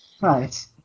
Right